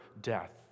death